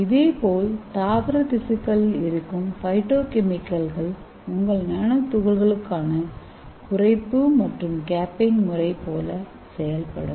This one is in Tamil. இதே போல் தாவரதிசுக்களில் இருக்கும் பைட்டோகெமிக்கல்கள் உங்கள் நானோதுகள்களுக்கான குறைப்பு மற்றும் கேப்பிங் முறை போல செயல்படும்